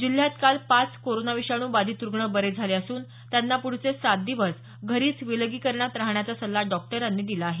जिल्ह्यात काल पाच कोरोनाविषाणू बाधित रूग्ण बरे झाले असून त्यांना पुढचे सात दिवस घरीच विलगीकरणात राहण्याचा सल्ला डॉक्टरांनी दिला आहे